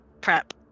prep